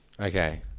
Okay